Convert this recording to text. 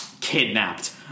kidnapped